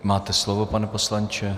Máte slovo, pane poslanče.